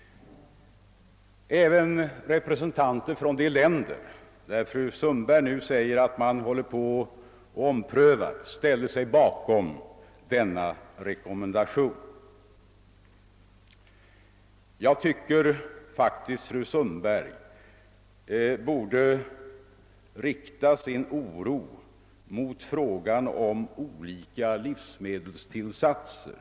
Även representanter från de länder, i vilka man enligt fru Sundberg nu omprövar frågan, ställde sig bakom denna rekommendation. Jag tycker faktiskt att fru Sundberg mera borde rikta sin oro mot olika livsmedelstillsatser.